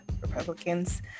Republicans